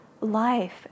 life